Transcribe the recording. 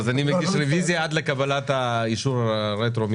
אני מגיש רביזיה עד לקבלת אישור הרטרו מכם,